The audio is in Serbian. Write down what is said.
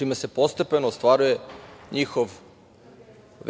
čime se postepeno ostvaruje njihov